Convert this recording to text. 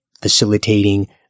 facilitating